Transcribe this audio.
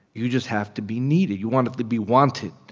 you just have to be needed. you want to be wanted.